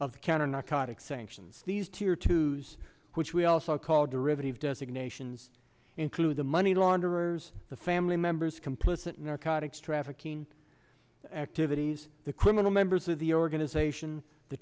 the counter narcotics sanctions these two year twos which we also call derivative designations include the money launderers the family members complicit in arcot extract a king activities the criminal members of the organization the